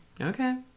Okay